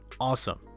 Awesome